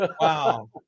Wow